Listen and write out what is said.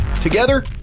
Together